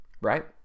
right